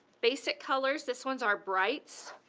basic colors this one's our brights.